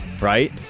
right